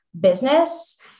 business